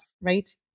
right